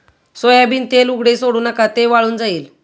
soybean तेल उघडे सोडू नका, ते वाळून जाईल